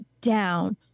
down